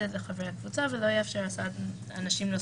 הוא לבלום תחלואה ולאפשר שגרת חיים,